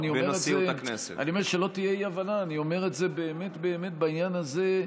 אני לא, אני לא יכול לנהל איתך את השיח הזה.